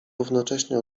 równocześnie